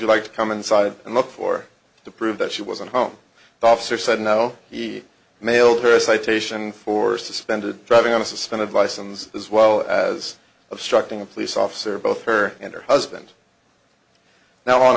you like to come inside and look for to prove that she wasn't home the officer said no he mailed her a citation for suspended driving on a suspended license as well as obstructing a police officer both her and her husband now on